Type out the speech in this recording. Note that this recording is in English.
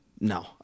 no